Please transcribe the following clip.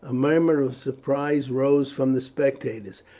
a murmur of surprise rose from the spectators.